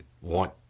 want